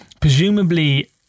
Presumably